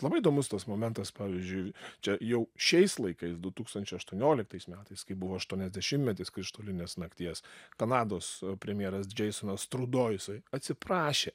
labai įdomus tas momentas pavyzdžiui čia jau šiais laikais du tūkstančiai aštuonioliktais metais kai buvo aštuoniasdešimtmetis krištolinės nakties kanados premjeras džeisonas trudo jisai atsiprašė